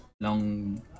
long